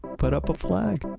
put up a flag!